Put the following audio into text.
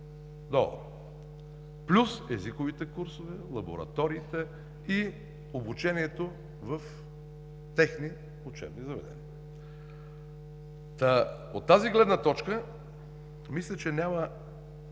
плюс езиковите курсове, лабораториите и обучението в техни учебни заведения. От тази гледна точка мисля, че няма